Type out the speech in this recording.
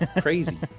Crazy